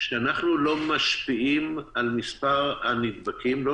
שאנחנו לא משפיעים על מספר הנדבקים לא